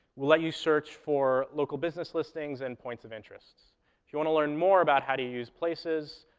will let you search for local business listings and points of interest. if you want to learn more about how to use places,